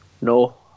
No